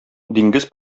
диңгез